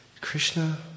Krishna